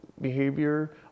behavior